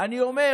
אני אומר: